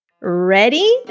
Ready